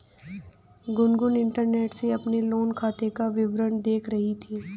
Gungun internet से अपने loan खाते का विवरण देख रही थी